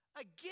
Again